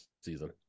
season